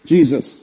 Jesus